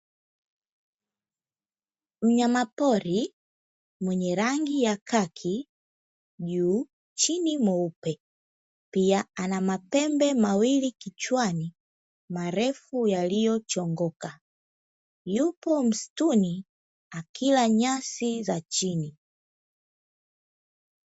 Mnyamapori mwenye rangi ya khaki juu, chini mweupe, pia ana mapembe mawili kichwani marefu yaliyochongoka; yupo msituni akila nyasi za chini.